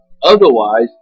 Otherwise